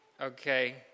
okay